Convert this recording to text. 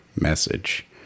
message